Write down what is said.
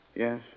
Yes